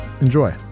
Enjoy